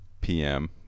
PM